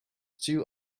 two